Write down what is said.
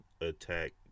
attack